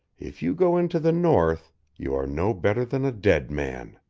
if you go into the north you are no better than a dead man.